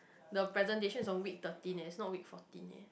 the presentation is on week thirteen eh it's not week fourteen eh